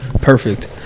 Perfect